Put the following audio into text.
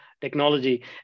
technology